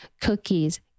cookies